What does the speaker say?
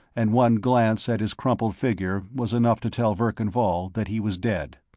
and one glance at his crumpled figure was enough to tell verkan vall that he was dead.